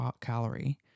calorie